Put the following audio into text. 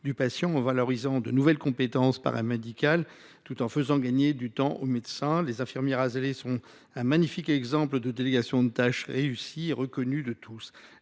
du patient en valorisant de nouvelles compétences paramédicales tout en faisant gagner du temps aux médecins. C’est un magnifique exemple de délégation de tâches et cette réussite est reconnue de tous.